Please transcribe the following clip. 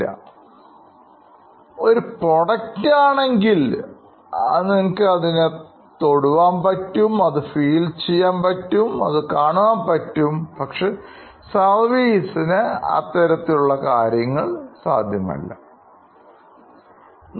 Product എന്ന നിർവചനത്തിൽ നിങ്ങളുടെ കയ്യിൽ ഒതുങ്ങുന്നത് തൊടുവാൻ പറ്റുന്നത് ഫീൽ ചെയ്യാൻ പറ്റുന്നത് എന്നിങ്ങനെയുള്ള കാര്യങ്ങൾ എല്ലാംഉൾപ്പെടും